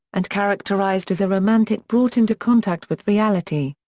and characterized as a romantic brought into contact with reality.